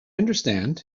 understand